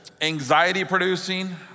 anxiety-producing